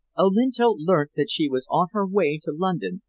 olinto learnt that she was on her way to london,